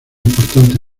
importante